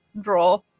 draw